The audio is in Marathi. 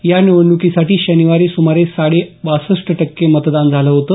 या निवडणुकीसाठी शनिवारी सुमारे साडे बासष्ट टक्के मतदान झालं होतं